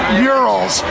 murals